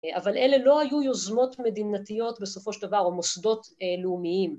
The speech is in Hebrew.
אבל אלה לא היו יוזמות מדינתיות בסופו של דבר או מוסדות לאומיים